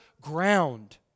ground